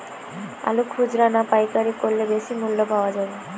আলু খুচরা না পাইকারি করলে বেশি মূল্য পাওয়া যাবে?